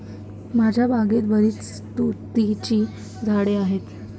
माझ्या बागेत बरीच तुतीची झाडे आहेत